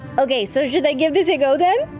okay, so should i give this a go, then?